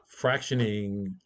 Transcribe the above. fractioning